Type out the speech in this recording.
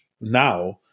now